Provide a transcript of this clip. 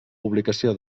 publicació